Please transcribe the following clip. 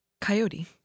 Coyote